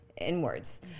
inwards